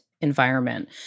environment